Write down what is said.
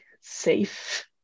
safe